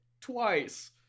Twice